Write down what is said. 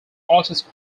artist